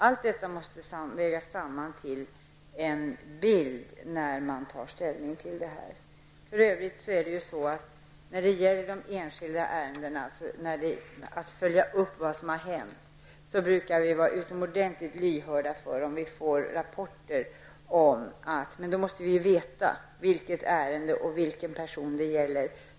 Allt detta måste vägas in i bilden när man tar ställning. Vi brukar vara utomordentligt lyhörda och försöka följa upp vad som har hänt enskilda ärenden om vi får rapporter om att det skulle ha hänt någonting alldeles speciellt.